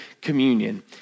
communion